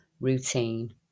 routine